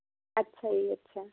ਅੱਛਾ ਜੀ ਅੱਛਾ